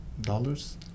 dollars